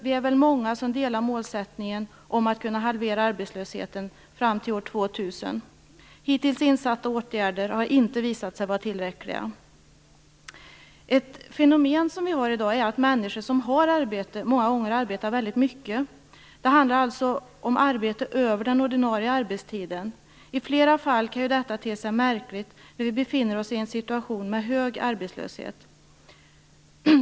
Vi är väl många som instämmer i målet att halvera arbetslösheten fram till år 2000. Hittills insatta åtgärder har inte visat sig vara tillräckliga. Ett fenomen i dag är att människor som har arbete många gånger arbetar väldigt mycket. Det handlar alltså om arbete utöver den ordinarie arbetstiden. I flera fall kan detta te sig märkligt, då vi befinner oss i en situation med hög arbetslöshet.